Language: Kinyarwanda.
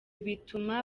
bituma